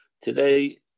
today